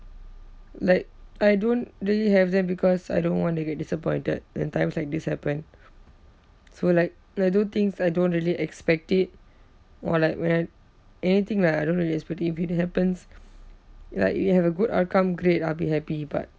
like I don't really have them because I don't want to get disappointed when times like this happen so like like I do things I don't really expect it or like when anything lah I don't really expect it if it happens like if you have a good outcome great I'll be happy but